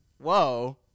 Whoa